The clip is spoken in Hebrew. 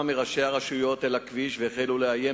מראשי הרשויות אל הכביש והחלו לאיים,